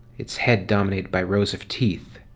its head dominated by rows of teeth.